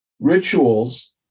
rituals